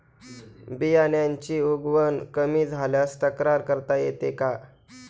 बियाण्यांची उगवण कमी झाल्यास तक्रार करता येते का?